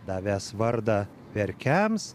davęs vardą verkiams